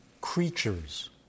Creatures